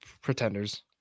Pretenders